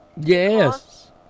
Yes